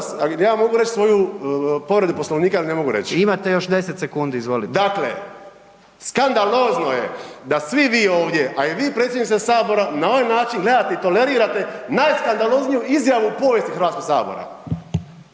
ja mogu reći svoju povredu Poslovnika ili ne mogu reći? …/Upadica predsjednik: Imate još 10 sekundi, izvolite./… Dakle, skandalozno je da svi vi ovdje a i vi predsjedniče Sabora, na ovaj način gledate i tolerirate najskandalozniju izjavu u povijesti Hrvatskog sabora.